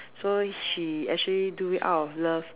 so she actually do it out of love